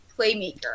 playmaker